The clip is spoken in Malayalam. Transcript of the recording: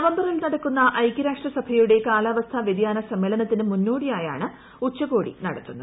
നവംബറിൽ നടക്കുന്ന ഐക്യരാഷ്ട്ര സഭയുടെ കാലാവസ്ഥാ വൃതിയാന സമ്മേളനത്തിന് മുന്നോടിയായാണ് ഉച്ചകോടി നടത്തുന്നത്